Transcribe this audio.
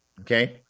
okay